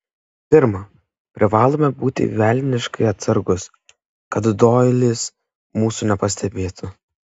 pirma privalome būti velniškai atsargūs kad doilis mūsų nepastebėtų